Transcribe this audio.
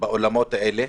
באולמות האלה.